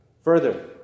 Further